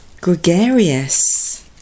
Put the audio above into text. Gregarious